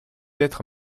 être